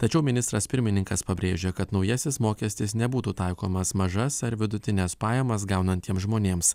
tačiau ministras pirmininkas pabrėžia kad naujasis mokestis nebūtų taikomas mažas ar vidutines pajamas gaunantiems žmonėms